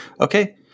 okay